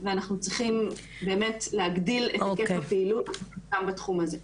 ואנחנו צריכים להגדיל את היקף הפעילות גם בתחום הזה.